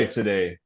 today